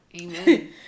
Amen